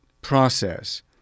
process